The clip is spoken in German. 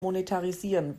monetarisieren